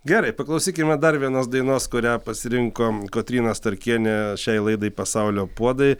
gerai paklausykime dar vienos dainos kurią pasirinko kotryna starkienė šiai laidai pasaulio puodai